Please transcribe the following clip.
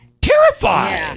terrified